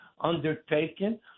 undertaken